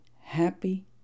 happy